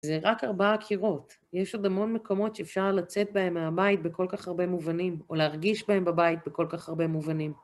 זה רק ארבעה קירות, יש עוד המון מקומות שאפשר לצאת בהם מהבית בכל כך הרבה מובנים, או להרגיש בהם בבית בכל כך הרבה מובנים.